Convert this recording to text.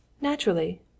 Naturally